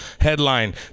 headline